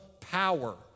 power